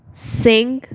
Singh